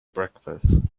breakfast